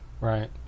Right